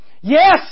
Yes